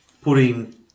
putting